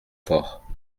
fort